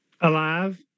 alive